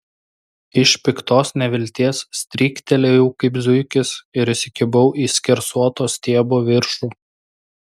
iš piktos nevilties stryktelėjau kaip zuikis ir įsikibau į skersuoto stiebo viršų